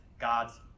God's